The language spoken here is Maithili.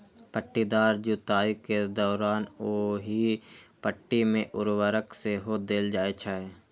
पट्टीदार जुताइ के दौरान ओहि पट्टी मे उर्वरक सेहो देल जाइ छै